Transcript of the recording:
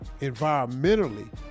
environmentally